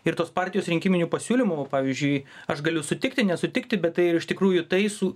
ir tos partijos rinkiminių pasiūlymų va pavyzdžiui aš galiu sutikti nesutikti bet tai ir iš tikrųjų tai su